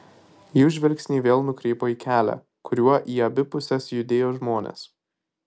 jų žvilgsniai vėl nukrypo į kelią kuriuo į abi puses judėjo žmonės